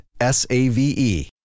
S-A-V-E